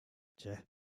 ажээ